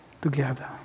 together